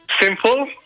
Simple